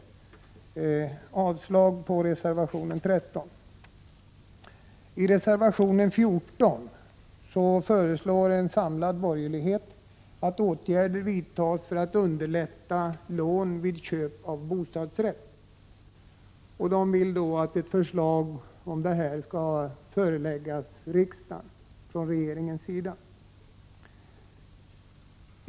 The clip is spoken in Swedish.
Jag yrkar avslag på reservation 13. I reservation 14 föreslår en samlad borgerlighet att åtgärder skall vidtas för att underlätta långivning vid köp av bostadsrätt. De borgerliga vill att regeringen skall förelägga riksdagen ett förslag härom.